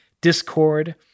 Discord